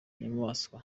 inyamaswa